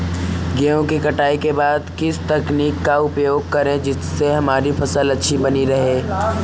गेहूँ की कटाई के बाद किस तकनीक का उपयोग करें जिससे हमारी फसल अच्छी बनी रहे?